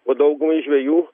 o daugumai žvejų